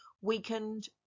weakened